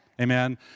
Amen